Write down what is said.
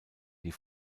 die